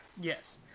Yes